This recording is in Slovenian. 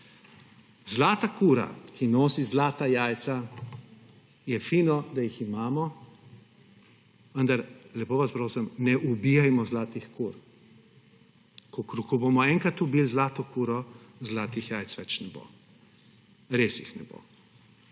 Zlata kura, ki nosi zlata jajca, je fino, da jih imamo, vendar, lepo vas prosim, ne ubijajmo zlatih kur. Ko bomo enkrat ubili zlato kuro, zlatih jajc več ne bo. Res jih ne bo.